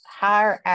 higher